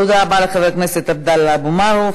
תודה רבה לחבר הכנסת עבדאללה אבו מערוף.